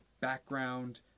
background